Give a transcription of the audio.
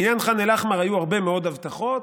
בעניין ח'אן אל-אחמר היו הרבה מאוד הבטחות,